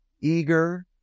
eager